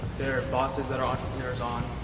bosses that are entrepreneurs on.